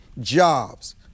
jobs